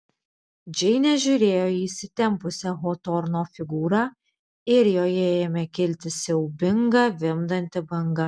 džinė žiūrėjo į įsitempusią hotorno figūrą ir joje ėmė kilti siaubinga vimdanti banga